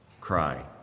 cry